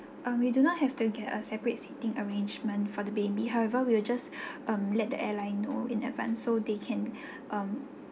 um we do not have to get a separate seating arrangement for the baby however we will just um let the airline know in advance so they can um